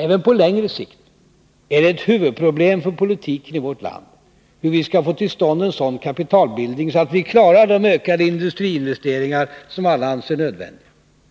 Även på längre sikt är det ett huvudproblem för politiken i vårt land hur vi skall få till stånd en sådan kapitalbildning så att vi klarar de ökade industriinvesteringar som alla anser nödvändiga